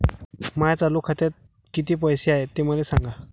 माया चालू खात्यात किती पैसे हाय ते मले सांगा